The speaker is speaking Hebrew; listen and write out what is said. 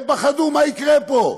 הם פחדו מה יקרה פה,